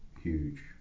huge